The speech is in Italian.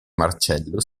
marcello